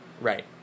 right